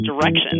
direction